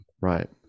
Right